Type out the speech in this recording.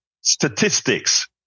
statistics